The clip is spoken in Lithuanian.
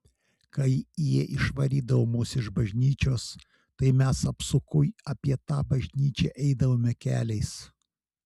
kai jie išvarydavo mus iš bažnyčios tai mes apsukui apie tą bažnyčią eidavome keliais